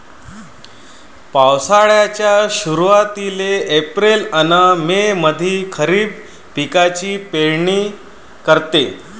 पावसाळ्याच्या सुरुवातीले एप्रिल अन मे मंधी खरीप पिकाची पेरनी करते